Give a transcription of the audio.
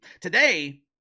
today